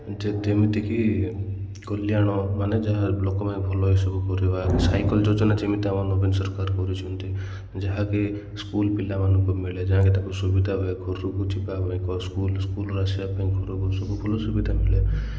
ଯେମିତିକି କଲ୍ୟାଣ ମାନେ ଯାହା ଲୋକ ପାଇଁ ଭଲ ଏସବୁ କରିବା ସାଇକଲ ଯୋଜନା ଯେମିତି ଆମ ନବୀନ ସରକାର କରିଛନ୍ତି ଯାହାକି ସ୍କୁଲ୍ ପିଲାମାନଙ୍କୁ ମିଳେ ଯାହାକି ତାଙ୍କୁ ସୁବିଧା ହୁଏ ତାଙ୍କୁ ଘରକୁ ଯିବାକୁ ସ୍କୁଲ୍ ସ୍କୁଲ୍ରୁ ଘରକୁ ଆସିବା ପାଇଁ ଘରକୁ ସବୁ ଭଲ ସୁବିଧା ମିଳେ